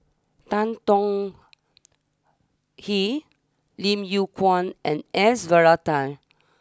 Tan Tong Hye Lim Yew Kuan and S Varathan